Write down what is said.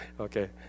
Okay